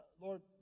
Lord